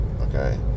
okay